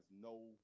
no